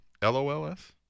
lols